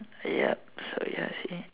ya so you're saying